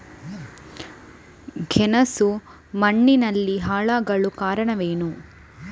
ಗೆಣಸು ಮಣ್ಣಿನಲ್ಲಿ ಹಾಳಾಗಲು ಕಾರಣವೇನು?